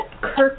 Kirk